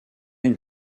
une